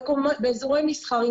באזורי מסחר,